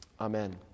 Amen